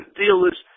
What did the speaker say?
dealers